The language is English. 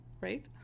Right